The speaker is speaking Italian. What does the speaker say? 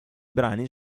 brani